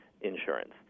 insurance